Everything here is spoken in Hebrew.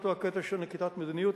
הקטע של נקיטת מדיניות,